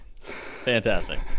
fantastic